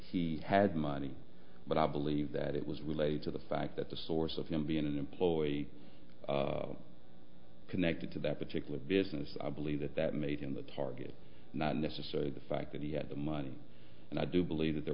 he had money but i believe that it was related to the fact that the source of him being an employee connected to that particular business i believe that that made him the target not necessarily the fact that he had the money and i do believe that there